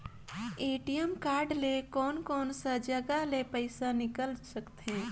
ATM card ले कोन कोन सा जगह ले पइसा निकाल सकथे?